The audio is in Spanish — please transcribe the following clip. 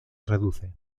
reduce